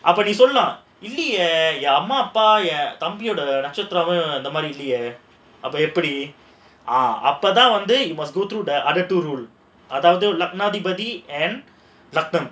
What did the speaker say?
அப்போ நீ சொல்லலாம் இல்லையே என் அம்மா அப்பா என் தம்பியோட நட்சத்திரம் அந்த மாதிரி இல்லையே அப்போ எப்படி அப்போ தான் அந்த:appo nee sollalaam ilaiyae en amma appa en thambioda natchathiram andha maadhiri illaiyae appo eppadi appothaan andha adulthood அதாவது லக்கினாதிபதி லக்கினம்:adhaavathu lakkinaathipathi lakkinam